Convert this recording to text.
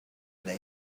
they